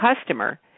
customer